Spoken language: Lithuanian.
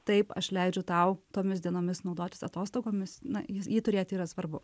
taip aš leidžiu tau tomis dienomis naudotis atostogomis na jis jį turėti yra svarbu